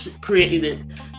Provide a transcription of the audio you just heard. created